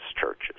churches